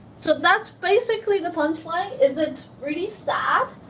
so that's basically the punchline. is it really sad?